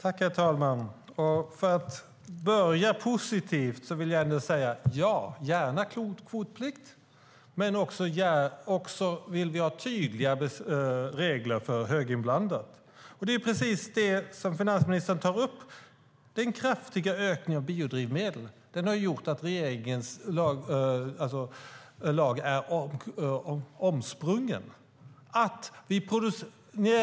Herr talman! För att börja positivt vill jag säga: Ja, gärna kvotplikt! Men vi vill också ha tydliga regler för höginblandat. Det är precis det finansministern tar upp: Den kraftiga ökningen av biodrivmedel har gjort att regeringens lag är omsprungen.